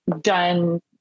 done